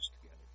together